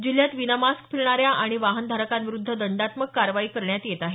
जिल्ह्यात विनामास्क फिरणाऱ्या आणि वाहनधारकांविरुद्ध दंडात्मक कारवाई करण्यात येत आहे